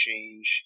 change